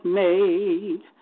made